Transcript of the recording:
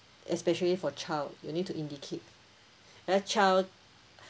especially for child you need to indicate a child